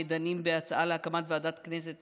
בהצעת ועדת כנסת